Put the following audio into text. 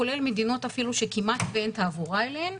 כולל מדינות אפילו שכמעט ואין תעבורה אליהן,